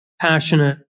passionate